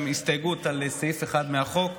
אמרנו שנעשה אותו בהסכמה ויש להם הסתייגות על סעיף אחד מהחוק.